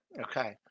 Okay